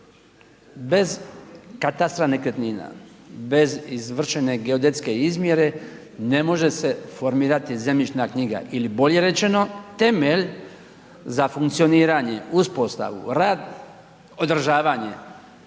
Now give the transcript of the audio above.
bez katastra nekretnina, bez izvršene geodetske izmjere ne može se formirati zemljišna knjiga ili bolje rečeno temelj za funkcioniranje, uspostavu, rad, održavanje